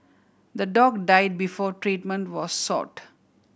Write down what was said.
the dog died before treatment was sought